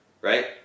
right